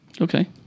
Okay